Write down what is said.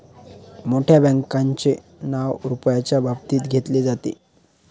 मोठ्या बँकांचे नाव रुपयाच्या बाबतीत घेतले जाते